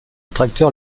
tracteur